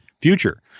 future